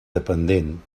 dependent